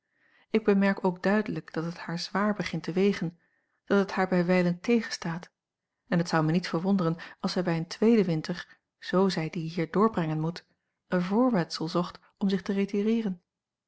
ik bemerk ook duidelijk dat het haar zwaar begint te wegen dat het haar bij wijlen tegenstaat en het zou mij niet verwonderen als zij bij een tweeden winter z zij dien hier doorbrengen moet een voorwendsel zocht om zich te retireeren